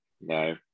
No